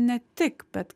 ne tik bet